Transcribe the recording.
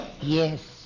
Yes